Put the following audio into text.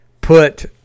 put